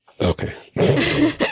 Okay